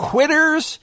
Quitters